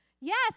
Yes